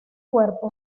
cuerpo